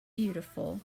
beautiful